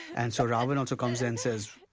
and so ravana also comes and says,